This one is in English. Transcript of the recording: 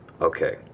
okay